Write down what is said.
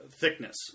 thickness